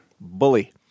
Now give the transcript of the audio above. Bully